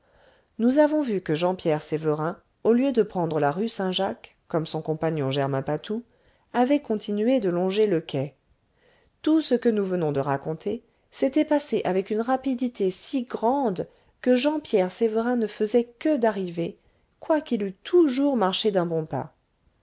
nous avons vu que jean pierre sévérin au lieu de prendre la rue saint-jacques comme son compagnon germain patou avait continué de longer le quai tout ce que nous venons de raconter s'était passé avec une rapidité si grande que jean pierre sévérin ne faisait que d'arriver quoiqu'il eût toujours marché d'un bon pas